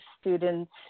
students